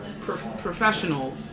professional